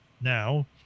Now